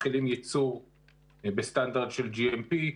מתחילים ייצור בסטנדרט של GMP,